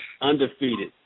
undefeated